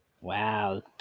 Wow